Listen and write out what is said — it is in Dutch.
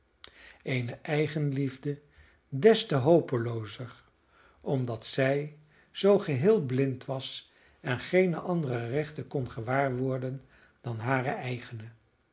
eene eigenliefde des te hopeloozer omdat zij zoo geheel blind was en geene andere rechten kon gewaar worden dan hare